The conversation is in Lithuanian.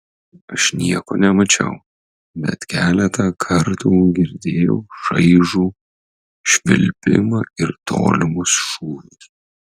aš nieko nemačiau bet keletą kartų girdėjau šaižų švilpimą ir tolimus šūvius